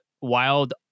wild